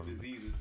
diseases